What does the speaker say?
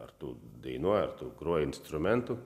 ar tu dainuoji ar tu groji instrumentu